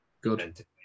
good